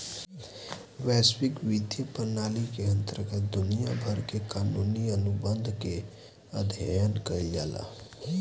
बैसविक बित्तीय प्रनाली के अंतरगत दुनिया भर के कानूनी अनुबंध के अध्ययन कईल जाला